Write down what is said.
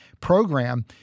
program